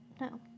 no